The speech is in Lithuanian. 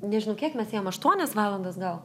nežinau kiek mes ėjom aštuonias valandas gal